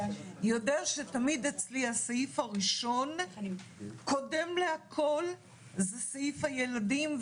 יודע שתמיד אצלי הסעיף הראשון קודם לכול זה סעיף הילדים,